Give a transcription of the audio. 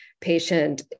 patient